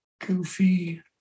Goofy